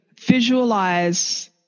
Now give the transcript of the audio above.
visualize